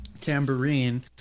tambourine